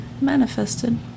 manifested